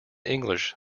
english